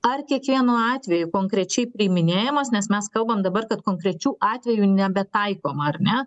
ar kiekvienu atveju konkrečiai priiminėjamas nes mes kalbam dabar kad konkrečiu atveju nebetaikoma ar ne